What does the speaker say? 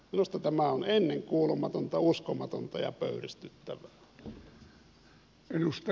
minusta tämä on ennenkuulumatonta uskomatonta ja pöyristyttävää